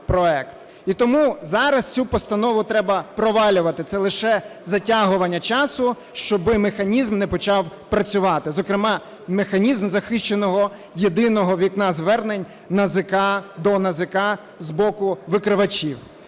І тому зараз цю Постанову треба провалювати – це лише затягування часу, щоби механізм не почав працювати, зокрема механізм захищеного "єдиного вікна" звернень до НАЗК з боку викривачів.